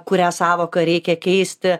kurią sąvoką reikia keisti